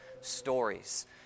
stories